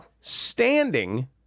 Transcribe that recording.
standing